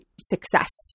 success